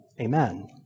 amen